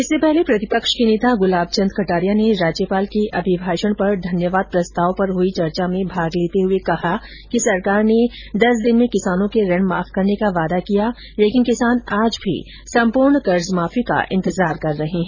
इससे पहले प्रतिपक्ष के नेता गुलाब चंद कटारिया ने राज्यपाल के अभिभाषण पर धन्यवाद प्रस्ताव पर हई चर्चा में भाग लेर्त हुए कहा कि सरकार ने दस दिन में किसानों के ऋण माफ करने का वादा किया लेकिन किसान आज भी संपूर्ण कर्जमाफी का इंतजार कर रहे हैं